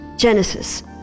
Genesis